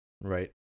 right